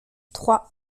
trois